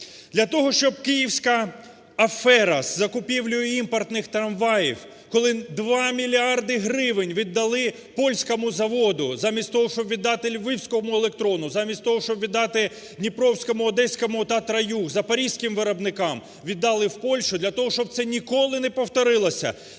Для того, щоб київська афера з закупівлею імпортних трамваїв, коли 2 мільярди гривень віддали польському заводу, замість того щоб віддати Львівському "Електрону", замість того щоб віддати Дніпровському, Одеському "Татра-Юг", Запорізьким виробникам віддали в Польщу. Для того, щоб це ніколи не повторилося